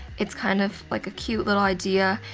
it's kind of like a cute little idea.